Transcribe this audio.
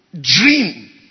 Dream